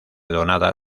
donada